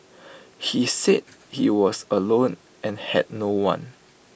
he said he was alone and had no one